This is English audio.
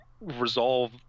resolve